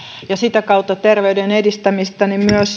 ja sitä kautta terveyden edistämistä